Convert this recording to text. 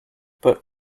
but